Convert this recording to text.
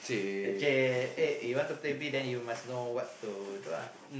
the chair eh you want to play big then you must know what to lah